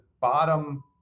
bottom